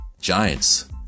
Giants